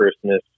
christmas